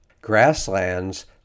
Grasslands